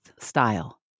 style